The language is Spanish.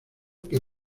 que